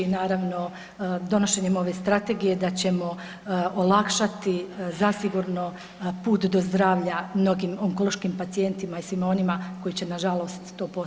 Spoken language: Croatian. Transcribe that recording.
I naravno donošenjem ove Strategije da ćemo olakšati zasigurno put do zdravlja mnogim onkološkim pacijentima i svima onima koji će na žalost to postati.